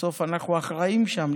בסוף אנחנו אחראים שם.